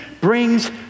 brings